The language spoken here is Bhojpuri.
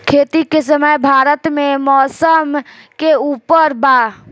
खेती के समय भारत मे मौसम के उपर बा